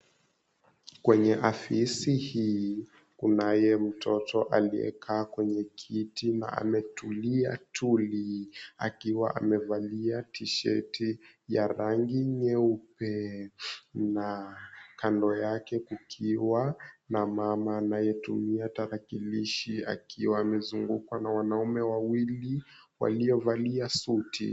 Kwenye afisi hii kunaye mtoto aliyekaa kwenye kiti na ametulia tuli akiwa amevalia tisheti ya rangi nyeupe na kando yake kukiwa na mama anayetumia tarakilishi akiwa amezungukwa na wanaume wawili waliovalia suti.